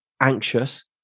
anxious